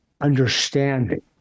understanding